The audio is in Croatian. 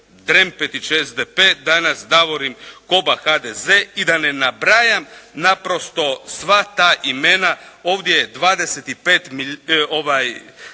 Drempetić, SDP. Danas Davorin Hoba, HDZ. I da ne nabrajam naprosto sva ta imena ovdje je 25 tih direktora